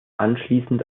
anschließend